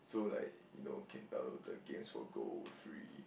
so like you know can download the games for gold free